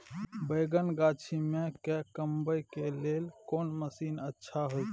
बैंगन गाछी में के कमबै के लेल कोन मसीन अच्छा होय छै?